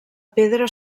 pedra